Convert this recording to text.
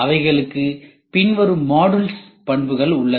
அவைகளுக்கு பின்வரும் மாடுல்ஸ் பண்புகள் உள்ளது